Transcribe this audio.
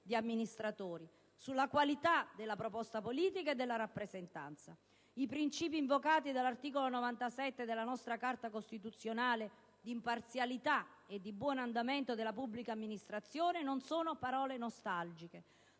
amministrativa sulla qualità della proposta politica e della rappresentanza degli interessi sociali. I principi invocati dall'articolo 97 della nostra Carta costituzionale di imparzialità e buon andamento della pubblica amministrazione non sono antiche parole nostalgiche,